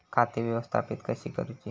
खाती व्यवस्थापित कशी करूची?